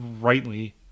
rightly